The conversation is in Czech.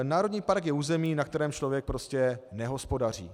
Národní park je území, na kterém člověk prostě nehospodaří.